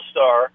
Star